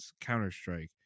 Counter-Strike